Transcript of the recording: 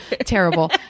Terrible